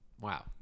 Wow